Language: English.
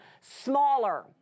smaller